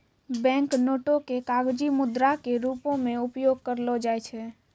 bank नोटो के कागजी मुद्रा के रूपो मे उपयोग करलो जाय छै